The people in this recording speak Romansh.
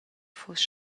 fuss